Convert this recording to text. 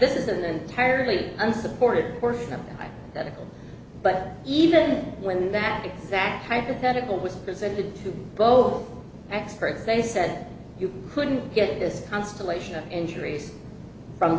this is an entirely unsupported or something like that but even when that exact hypothetical was presented to both experts they said you couldn't get this constellation of injuries from